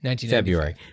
February